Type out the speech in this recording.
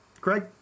Craig